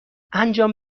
انجام